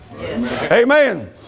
Amen